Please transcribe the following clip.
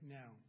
now